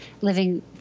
living